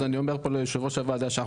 אז אני אומר פה ליושב-ראש הוועדה שאנחנו